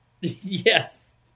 Yes